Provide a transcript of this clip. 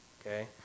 Okay